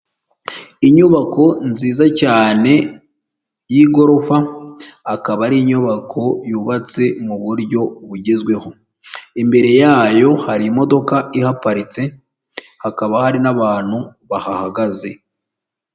Inyubako nziza cyane y'igorofa, akaba ari inyubako yubatse mu buryo bugezweho, imbere yayo hari imodoka ihaparitse hakaba hari n'abantu bahahagaze.